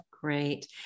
Great